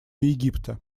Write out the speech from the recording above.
египта